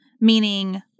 meaning